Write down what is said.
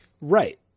Right